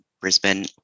Brisbane